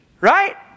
Right